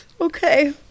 Okay